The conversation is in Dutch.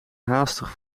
haastig